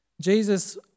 Jesus